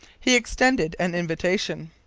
he extended an invitation.